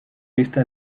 vista